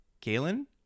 Galen